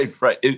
Right